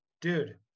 dude